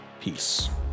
Peace